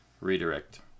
Redirect